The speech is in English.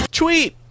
tweet